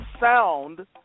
sound